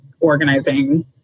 organizing